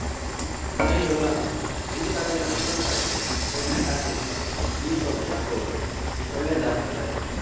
ಬೈಹುಲ್ಲನ್ನು ಒಂದು ಕಡೆಯಿಂದ ಮತ್ತೊಂದು ಕಡೆಗೆ ಎತ್ತಿ ಹಾಕ್ಲಿಕ್ಕೆ ಈ ಕೊಕ್ಕೆ ಕೋಲು ಒಳ್ಳೇದಾಗ್ತದೆ